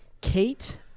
Kate